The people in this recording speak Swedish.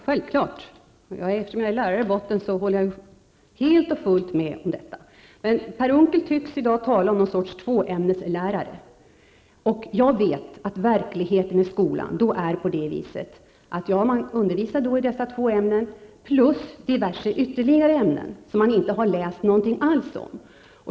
Herr talman! Det är självklart -- eftersom jag är lärare håller jag helt och hållet med om detta. Men Per Unckel tycks i dag tala om någon sorts tvåämneslärare. Jag vet att verkligheten i skolan är den, att man undervisar i dessa två ämnen plus diverse ytterligare ämnen som man inte har läst någonting alls om.